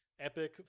epic